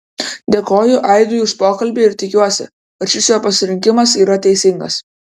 dėkoju aidui už pokalbį ir tikiuosi kad šis jo pasirinkimas yra teisingas